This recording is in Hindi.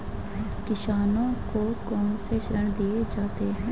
किसानों को कौन से ऋण दिए जाते हैं?